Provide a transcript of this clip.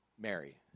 Mary